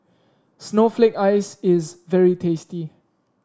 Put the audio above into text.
Snowflake Ice is very tasty